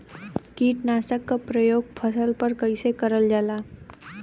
कीटनाशक क प्रयोग फसल पर कइसे करल जाला?